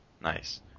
Nice